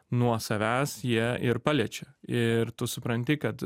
nuo savęs jie ir paliečia ir tu supranti kad